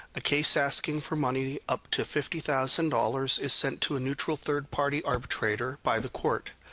a case asking for money up to fifty thousand dollars is sent to a neutral third-party arbitrator by the court.